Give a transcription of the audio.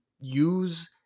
use